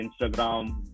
instagram